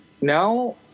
Now